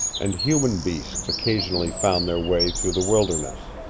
and human beasts occasionally found their way through the wilderness.